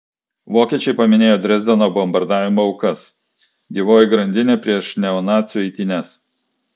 vokiečiai paminėjo dresdeno bombardavimo aukas gyvoji grandinė prieš neonacių eitynes